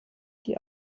die